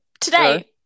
Today